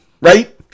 Right